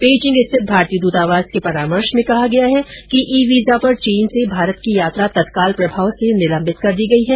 Beijing स्थित भारतीय दूतावास के परामर्श में कहा गया है कि ई वीजा पर चीन से भारत की यात्रा तत्काल प्रभाव से निलंबित कर दी गई है